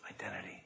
identity